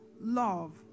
Love